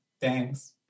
thanks